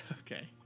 Okay